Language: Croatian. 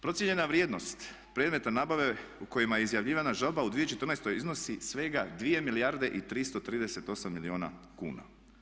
Procijenjena vrijednost predmeta nabave u kojima je izjavljivana žalba u 2014. iznosi svega 2 milijarde i 338 milijuna kuna.